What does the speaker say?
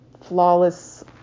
flawless